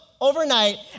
overnight